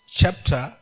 chapter